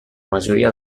majoria